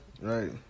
Right